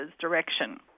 direction